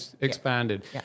expanded